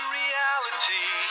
reality